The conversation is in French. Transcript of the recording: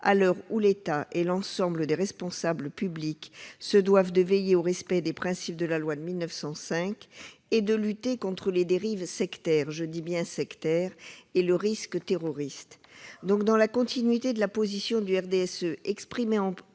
à l'heure où l'État et l'ensemble des responsables publics se doivent de veiller au respect des principes de la loi de 1905 et de lutter contre les dérives sectaires- je dis bien « sectaires » -et le risque terroriste. Dans la continuité de la position du RDSE exprimée en